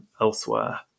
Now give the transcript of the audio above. elsewhere